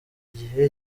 igihe